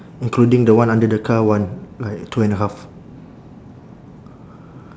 including the one under the car one like two and a half